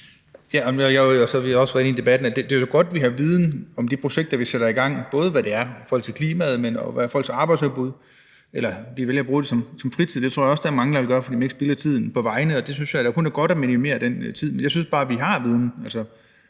er det godt, at vi har viden om de projekter, vi sætter i gang, både i forhold til klimaet og i forhold til arbejdsudbuddet – eller at man vælger at bruge det som fritid. Det tror jeg også mange vil gøre, fordi man ikke spilder tiden på vejene, og det synes jeg kun er godt; altså at minimere den tid. Men jeg synes bare, at vi har viden.